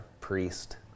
priest